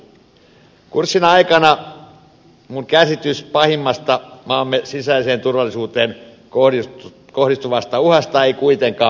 kurssin aikana minun käsitykseni pahimmasta maamme sisäiseen turvallisuuteen kohdistuvasta uhasta ei kuitenkaan muuttunut